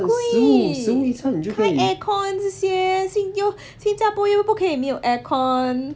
贵开 aircon 这些新又新加坡又不可以没有 aircon